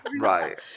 right